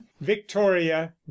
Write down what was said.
victoria